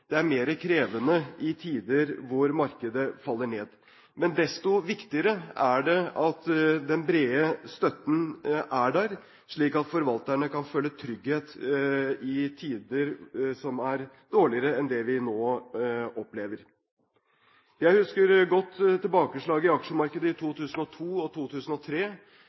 Det er mer krevende i tider da markedet faller ned. Men desto viktigere er det at den brede støtten er der, slik at forvalterne kan føle trygghet i tider som er dårligere enn det vi nå opplever. Jeg husker godt tilbakeslaget i aksjemarkedet i 2002 og 2003